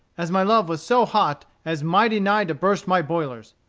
as my love was so hot as mighty nigh to burst my boilers.